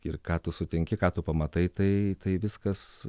ir ką tu sutinki ką tu pamatai tai tai viskas